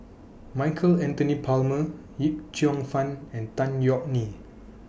Michael Anthony Palmer Yip Cheong Fun and Tan Yeok Nee